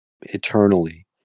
eternally